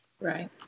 Right